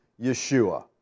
Yeshua